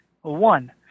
one